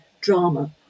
drama